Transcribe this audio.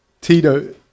Tito